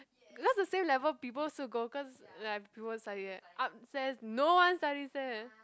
because the same level people also go cause like people study there upstairs no one studies there